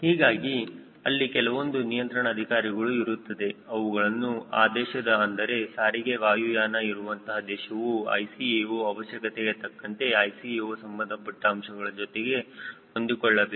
ಹೀಗಾಗಿ ಅಲ್ಲಿ ಕೆಲವೊಂದು ನಿಯಂತ್ರಣ ಅಧಿಕಾರಿಗಳು ಇರುತ್ತದೆ ಅವುಗಳನ್ನು ಆ ದೇಶವು ಅಂದರೆ ಸಾರಿಗೆ ವಾಯುಯಾನ ಇರುವಂತಹ ದೇಶವು ICAO ಅವಶ್ಯಕತೆಯತಕ್ಕಂತೆ ICAO ಸಂಬಂಧಪಟ್ಟ ಅಂಶಗಳ ಜೊತೆಗೆ ಹೊಂದಿಕೊಳ್ಳಬೇಕು